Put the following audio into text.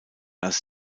als